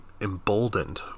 emboldened